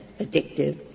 addictive